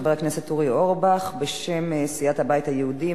חבר הכנסת אורי אורבך בשם סיעת הבית היהודי,